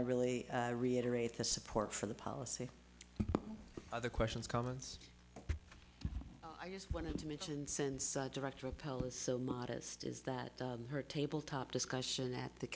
to really reiterate the support for the policy other questions comments i just wanted to mention since director of polis so modest is that her tabletop discussion at the